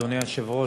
אדוני היושב-ראש,